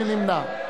מי נמנע?